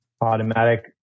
Automatic